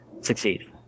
succeed